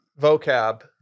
vocab